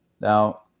Now